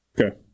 Okay